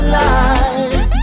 life